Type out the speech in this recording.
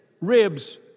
ribs